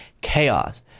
chaos